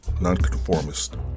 nonconformist